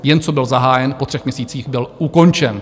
Jen co byl zahájen, po třech měsících byl ukončen.